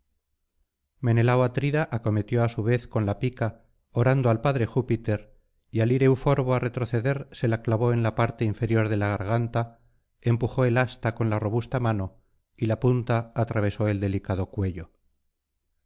menelao atrida acometió á su vez con la pica orando al padre júpiter y al ir euforbo á retroceder se la clavó en la parte inferior de la garganta empujó el asta con la robusta mano y la punta atravesó el delicado cuello